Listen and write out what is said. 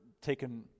taken